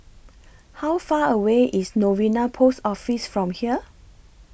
How Far away IS Novena Post Office from here